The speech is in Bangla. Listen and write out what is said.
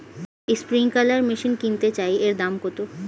স্প্রিংকলার মেশিন কিনতে চাই এর দাম কত?